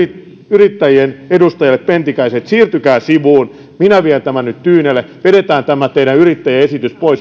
yrittäjien edustajalle pentikäiselle että siirtykää sivuun minä vien tämän nyt tyynelle vedetään pois tämä teidän yrittäjäesityksenne